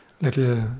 little